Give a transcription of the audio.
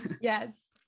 Yes